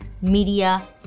Media